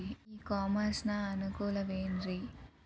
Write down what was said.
E commerce ನ ಅನುಕೂಲವೇನ್ರೇ?